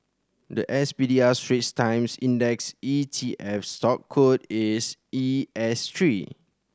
the S P D R Straits Times Index E T F stock code is E S three